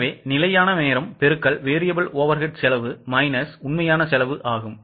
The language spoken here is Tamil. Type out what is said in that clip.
எனவே நிலையான நேரம் பெருக்கல் variable overhead செலவு மைனஸ் உண்மையான செலவு ஆகும்